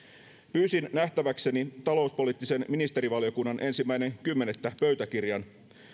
pyysin nähtäväkseni talouspoliittisen ministerivaliokunnan ensimmäinen kymmenettä pöytäkirjan